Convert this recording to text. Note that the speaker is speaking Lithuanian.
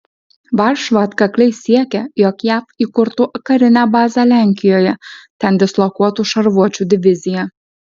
varšuva atkakliai siekia jog jav įkurtų karinę bazę lenkijoje ten dislokuotų šarvuočių diviziją